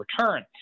return